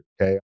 Okay